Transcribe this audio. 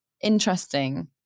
interesting